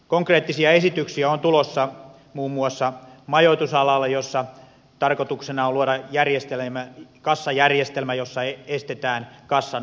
konkreettisia esityksiä on tulossa muun muassa majoitusalalla jossa tarkoituksena on luoda kassajärjestelmä jossa estetään kassan ohi myynti